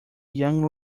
young